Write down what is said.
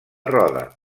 roda